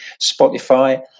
Spotify